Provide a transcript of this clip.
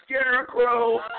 scarecrow